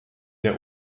der